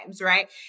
right